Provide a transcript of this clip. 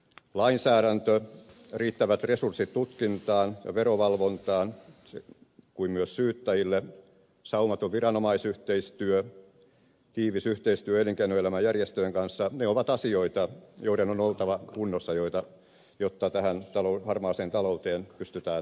lainsäädäntö riittävät resurssit tutkintaan ja verovalvontaan kuin myös syyttäjille saumaton viranomaisyhteistyö tiivis yhteistyö elinkeinoelämän järjestöjen kanssa ne ovat asioita joiden on oltava kunnossa jotta tähän harmaaseen talouteen pystytään pureutumaan